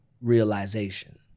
realization